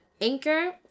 Anchor